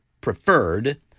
preferred